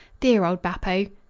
dear old bappo!